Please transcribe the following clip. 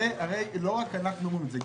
הרי לא רק אנחנו אומרים את זה,